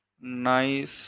Nice